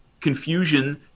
confusion